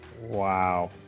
Wow